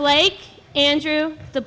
blake andrew the